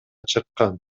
чыккан